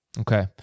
Okay